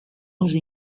anjo